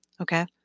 Okay